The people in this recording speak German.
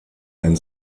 ein